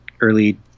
early